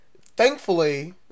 thankfully